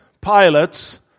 pilots